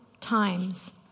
times